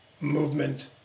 movement